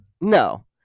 No